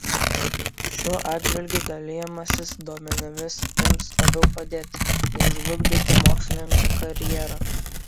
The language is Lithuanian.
šiuo atžvilgiu dalijimasis duomenimis ims labiau padėti nei žlugdyti mokslininkų karjerą